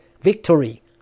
victory